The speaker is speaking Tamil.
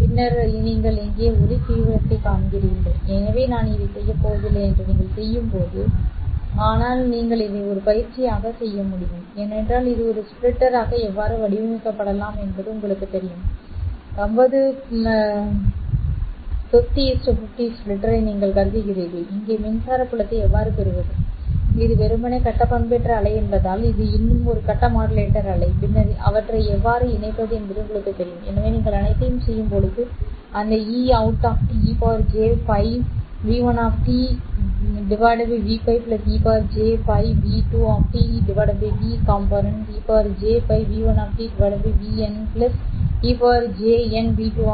பின்னர் நீங்கள் இங்கே ஒளி தீவிரத்தை இணைக்கிறீர்கள் எனவே நான் இதைச் செய்யப் போவதில்லை என்று நீங்கள் செய்யும்போது ஆனால் நீங்கள் இதை ஒரு பயிற்சியாகப் பெற முடியும் ஏனென்றால் இது ஒரு ஸ்ப்ளிட்டராக எவ்வாறு வடிவமைக்கப்படலாம் என்பது உங்களுக்குத் தெரியும் 5050 ஸ்ப்ளிட்டரை நீங்கள் கருதுகிறீர்கள் இங்கே மின்சார புலத்தை எவ்வாறு பெறுவது இது வெறுமனே கட்ட பண்பேற்றப்பட்ட அலை என்பதால் இது இன்னும் ஒரு கட்ட மாடுலேட்டர் அலை பின்னர் அவற்றை எவ்வாறு இணைப்பது என்பது உங்களுக்குத் தெரியும் எனவே நீங்கள் அனைத்தையும் செய்யும்போது அந்த Eout e jπ v1 V π e jπ v 2 V components ejлV1 Vл ej лV2 Vл